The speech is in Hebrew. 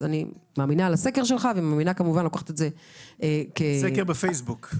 אני מאמינה לסקר שלך --- סקר בפייסבוק.